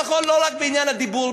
נכון לא רק בעניין הדיבור,